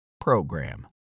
program